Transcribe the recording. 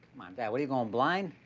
dad. what are you going, blind?